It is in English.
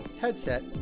Headset